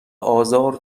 آزار